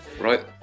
right